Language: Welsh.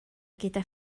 gyda